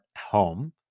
home